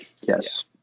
Yes